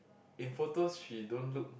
in photos she don't look